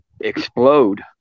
explode